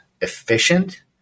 efficient